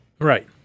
right